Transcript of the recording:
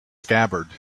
scabbard